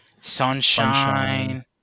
sunshine